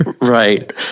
right